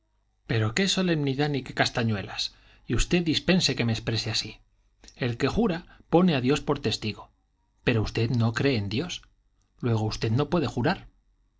pero qué solemnidad ni qué castañuelas y usted dispense que me exprese así el que jura pone a dios por testigo pero usted no cree en dios luego usted no puede jurar